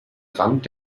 rand